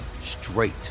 straight